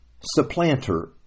supplanter